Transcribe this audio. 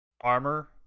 armor